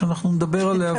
שאנחנו נדבר עליה,